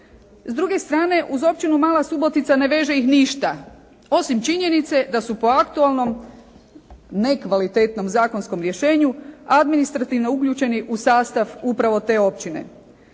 S druge strane, uz općinu Mala Subotica ne veže ih ništa osim činjenice da su po aktualnom, nekvalitetnom zakonskom rješenju administrativno uključeni u sastav upravo te općine.